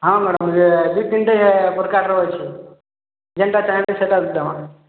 ହଁ ମ୍ୟାଡ଼ାମ ଦୁଇ ତିନିଟା ପ୍ରକାର ଅଛି ଯେନ୍ତା ଚାହିଁବେ ସେହିଟା